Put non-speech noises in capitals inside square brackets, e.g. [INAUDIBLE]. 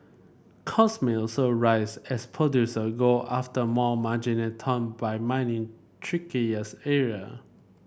cost may also rise as producer ago after more marginal ton by mining [UNINTELLIGIBLE] area